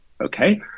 okay